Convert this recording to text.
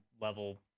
level